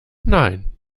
nein